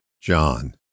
John